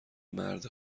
مرد